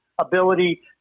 ability